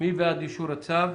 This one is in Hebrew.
מי בעד אישור הצו?